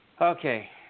Okay